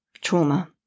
trauma